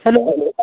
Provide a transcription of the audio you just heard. hello